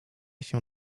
się